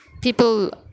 People